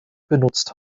benutzt